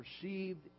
perceived